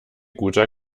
guter